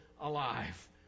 alive